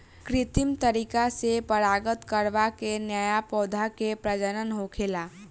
कृत्रिम तरीका से परागण करवा के न्या पौधा के प्रजनन होखता